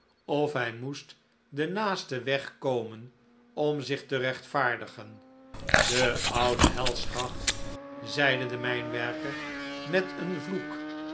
of hij moest den naasten weg komen om zich te rechtvaardigen de oude he schacht zeide de mijnwerker met een vloek